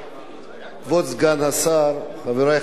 כבוד סגן השר, חברי חברי הכנסת,